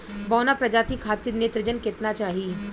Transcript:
बौना प्रजाति खातिर नेत्रजन केतना चाही?